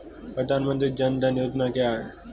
प्रधानमंत्री जन धन योजना क्या है?